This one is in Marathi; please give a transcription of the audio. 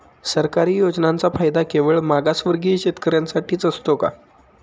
सरकारी योजनांचा फायदा केवळ मागासवर्गीय शेतकऱ्यांसाठीच असतो का?